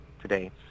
today